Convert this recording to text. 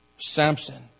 Samson